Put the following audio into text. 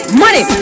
money